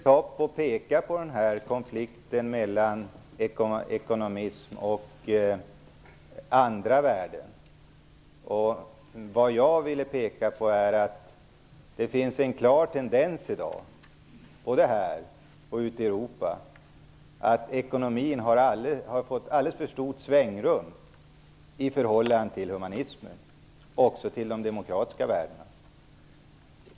Fru talman! Jag ville peka på konflikten mellan ekonomism och andra värden. Vad jag ville peka på är att det i dag finns en klar tendens både i Sverige och ute i Europa. Ekonomin har fått alldeles för stort svängrum i förhållande till humanismen och de demokratiska värdena.